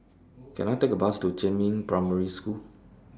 Can I Take A Bus to Jiemin Primary School